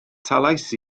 talais